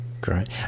Great